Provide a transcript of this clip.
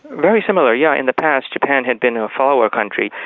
very similar, yeah. in the past japan had been a follower country,